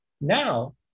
Now